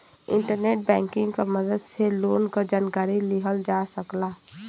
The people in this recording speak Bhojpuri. इंटरनेट बैंकिंग क मदद से लोन क जानकारी लिहल जा सकला